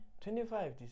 twenty-five